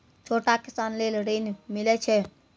छोटा किसान लेल ॠन मिलय छै?